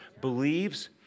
believes